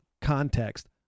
context